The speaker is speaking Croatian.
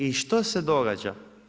I što se događa?